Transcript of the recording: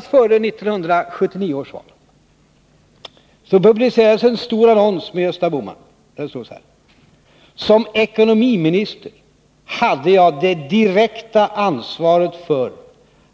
Strax före 1979 års val publicerades en stor annons med Gösta Bohman, där det stod: Som ekonomiminister hade jag det direkta ansvaret för